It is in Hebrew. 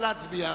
נא להצביע.